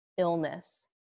Illness